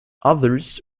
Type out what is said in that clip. others